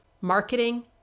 Marketing